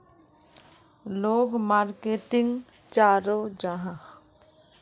लोग मार्केटिंग चाँ करो जाहा?